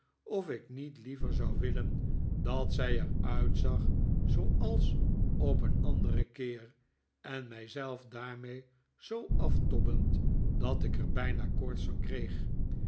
of ik niet liever zou willen dat zij er uitzag zooals op een anderen keer en mii zelf daarmee zoo aftobbend dat ik er bijna koorts van kreeg